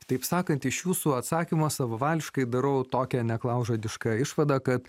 taip sakant iš jūsų atsakymo savavališkai darau tokią neklaužadišką išvadą kad